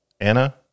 Anna